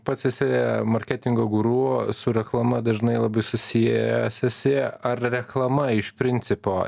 pats esi marketingo guru su reklama dažnai labai susijęs esi ar reklama iš principo